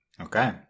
okay